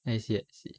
I see I see